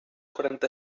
quaranta